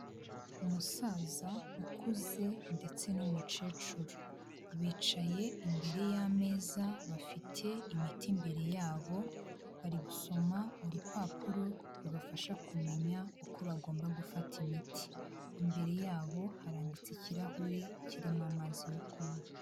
Umusaza ukuze ndetse n'umukecuru bicaye imbere y'ameza bafite imiti imbere yabo, bari gusoma urupapuro rubafasha kumenya uko bagomba gufata imiti, imbere yabo harambitse ikirahure kirimo amazi yo kunywa,